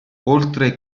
oltre